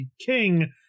king